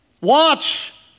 Watch